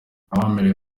abemerewe